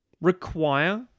require